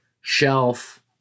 shelf